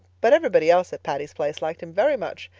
but everybody else at patty's place liked him very much.